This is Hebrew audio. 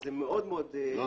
וזה מאוד --- לא,